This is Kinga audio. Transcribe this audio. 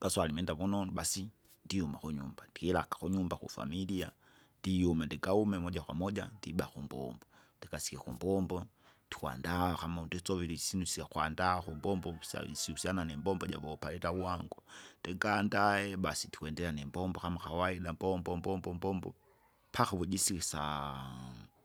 gaswali imwenda vunonu basi, ndiuma kunyumba, ndilaka kunyumba kufamilia, ndiyume ndingaume moja kwa moja ndiba kumbombo. Ndikasike kumbombo, ndikwandaa kama undisovile isinu syakwandaa kumbombo vusa syusiana nimbombo javuopareta vuangu, ndingandae basi ndikwendelea nimbombo kama kawaida mombo mbombo mbombo, mpaka uvujisiki saamu.